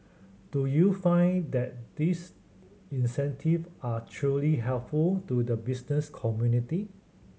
do you find that these incentive are truly helpful to the business community